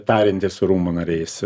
tariantis su rūmų nariais